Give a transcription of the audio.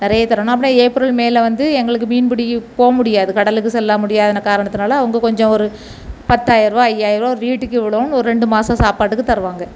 நிறைய தர்றணும் அப்புறம் ஏப்ரல் மேயில் வந்து எங்களுக்கு மீன்பிடி போகமுடியாது கடலுக்கு செல்ல முடியாத காரணத்துனால் அவங்க கொஞ்சம் ஒரு பத்தாயிரம் ரூபாய் ஐயாயிரம் ரூபாய் ஒரு வீட்டுக்கு இவ்வளோனுன்னு ஒரு ரெண்டு மாத சாப்பாட்டுக்கு தருவாங்க